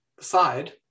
side